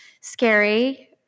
scary